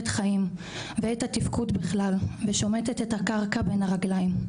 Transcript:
חיים ואת התפקוד בכלל ושומטת את הקרקע בין הרגליים.